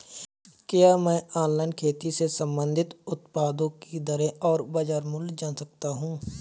क्या मैं ऑनलाइन खेती से संबंधित उत्पादों की दरें और बाज़ार मूल्य जान सकता हूँ?